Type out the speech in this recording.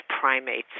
primates